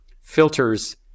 filters